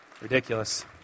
ridiculous